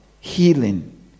healing